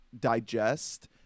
digest